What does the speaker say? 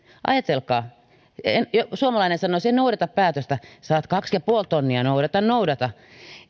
ajatelkaa suomalainen sanoisi en noudata päätöstä saat kaksituhattaviisisataa noudata noudata